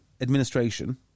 administration